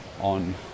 on